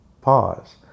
Pause